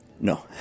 No